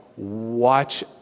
watch